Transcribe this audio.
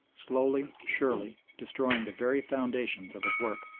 slowly, surely destroying the very foundations of his work.